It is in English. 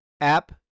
app